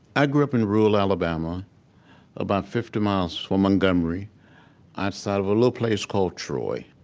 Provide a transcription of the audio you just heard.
i grew up in rural alabama about fifty miles from montgomery outside of a little place called troy.